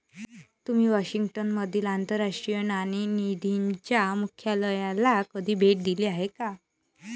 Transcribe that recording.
तुम्ही वॉशिंग्टन मधील आंतरराष्ट्रीय नाणेनिधीच्या मुख्यालयाला कधी भेट दिली आहे का?